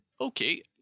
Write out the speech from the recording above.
Okay